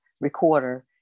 recorder